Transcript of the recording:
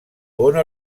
bona